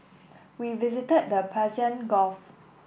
we visited the Persian Gulf